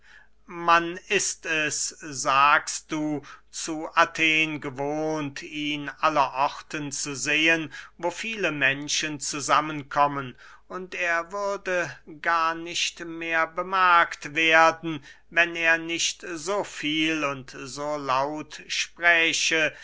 man ist es sagst du zu athen gewohnt ihn aller orten zu sehen wo viele menschen zusammen kommen und er würde gar nicht mehr bemerkt werden wenn er nicht so viel und so laut spräche